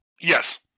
Yes